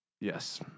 Yes